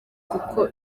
kuko